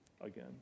again